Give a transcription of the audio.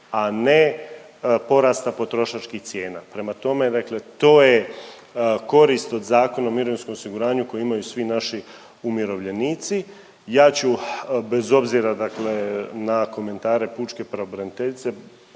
a ne porasta potrošačkih cijena. Prema tome, dakle to je korist od Zakona o mirovinskom osiguranju koju imaju svi naši umirovljenici. Ja ću bez obzira dakle na komentare pučke pravobraniteljice